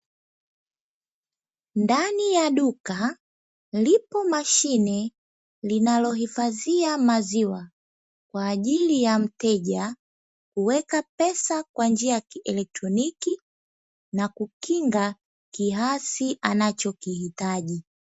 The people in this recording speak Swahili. Ndani ya duka lipo mashine linalohifadhia maziwa kwa ajili ya mteja kuweka pesa kwa njia ya kielektroniki na kukinga kiasi anachokihitaji.